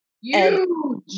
Huge